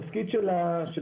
התפקיד שלה,